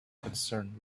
concerned